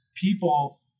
people